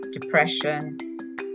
depression